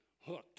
hooked